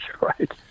right